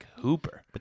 hooper